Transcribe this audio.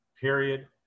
period